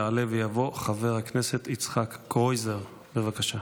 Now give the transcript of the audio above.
יעלה ויבוא חבר הכנסת יצחק קרויזר, בבקשה.